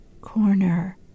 corner